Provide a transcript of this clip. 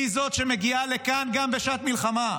היא שמגיעה לכאן גם בשעת מלחמה,